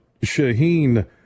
Shaheen